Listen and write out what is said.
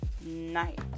night